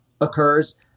occurs